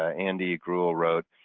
ah andy grewal wrote,